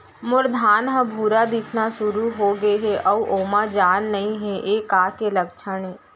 मोर धान ह भूरा दिखना शुरू होगे हे अऊ ओमा जान नही हे ये का के लक्षण ये?